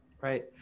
Right